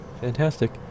fantastic